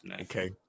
Okay